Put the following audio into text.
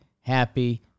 happy